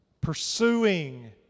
Pursuing